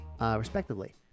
respectively